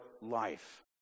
life